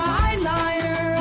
eyeliner